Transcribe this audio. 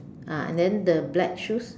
ah and then the black shoes